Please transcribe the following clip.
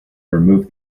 remove